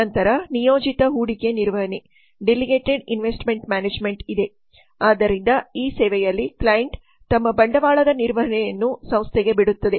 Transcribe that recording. ನಂತರ ನಿಯೋಜಿತ ಹೂಡಿಕೆ ನಿರ್ವಹಣೆ ಇದೆ ಆದ್ದರಿಂದ ಈ ಸೇವೆಯಲ್ಲಿ ಕ್ಲೈಂಟ್ ತಮ್ಮ ಬಂಡವಾಳದ ನಿರ್ವಹಣೆಯನ್ನು ಸಂಸ್ಥೆಗೆ ಬಿಡುತ್ತದೆ